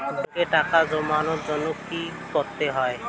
ব্যাংকে টাকা জমানোর জন্য কি কি করতে হয়?